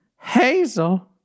Hazel